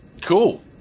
Cool